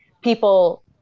people